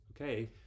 Okay